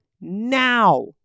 now